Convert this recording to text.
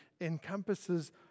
encompasses